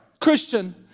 Christian